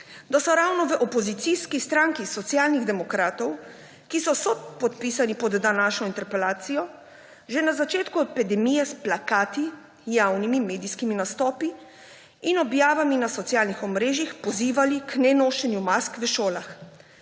da so ravno v opozicijski stranki Socialnih demokratov, ki so sopodpisani pod današnjo interpelacijo, že na začetku epidemije s plakati, javnimi medijskimi nastopi in objavami na socialnih omrežjih pozivali k nenošenju mask v šolah.